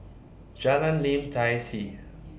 Jalan Lim Tai See